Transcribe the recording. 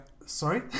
sorry